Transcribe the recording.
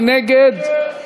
מי נגד?